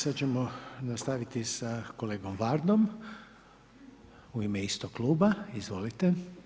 Sada ćemo nastaviti sa kolegom Vardom u ime istog kluba, izvolite.